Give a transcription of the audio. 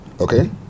okay